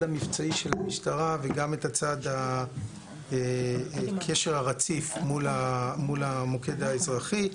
המבצעי של המשטרה וגם את הצד הקשר הרציף מול המוקד האזרחי,